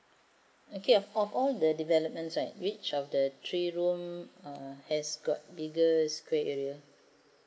okay of of all the developments right which of the three room uh has got bigger square area